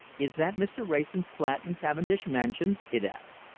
is that mr. wrayson's flat in cavendish mansions? it asked.